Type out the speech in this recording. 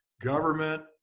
government